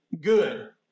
good